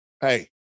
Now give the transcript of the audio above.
hey